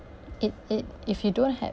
it it if you don't have